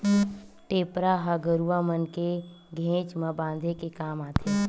टेपरा ह गरुवा मन के घेंच म बांधे के काम आथे